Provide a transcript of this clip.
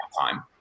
time